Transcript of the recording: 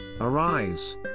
Arise